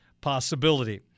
possibility